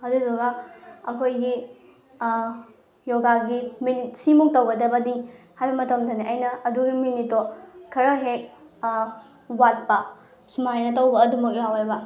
ꯑꯗꯨꯗꯨꯒ ꯑꯩꯈꯣꯏꯒꯤ ꯌꯣꯒꯥꯒꯤ ꯃꯤꯅꯤꯠ ꯁꯤꯃꯨꯛ ꯇꯧꯒꯗꯕꯅꯤ ꯍꯥꯏꯕ ꯃꯇꯝꯗꯅꯦ ꯑꯩꯅ ꯑꯗꯨꯒꯤ ꯃꯤꯅꯤꯠꯇꯣ ꯈꯔ ꯍꯦꯛ ꯋꯥꯠꯄ ꯁꯨꯃꯥꯏꯅ ꯇꯧꯕ ꯑꯗꯨꯝꯃꯛ ꯌꯥꯎꯑꯦꯕ